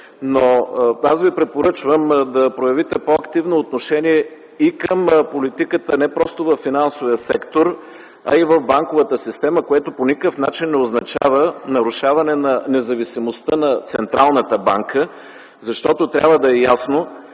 Аз Ви препоръчвам да проявите по-активно отношение и към политиката не просто във финансовия сектор, а и в банковата система, което по никакъв начин не означава нарушаване на независимостта на Централната банка, защото трябва да е ясно,